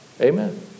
Amen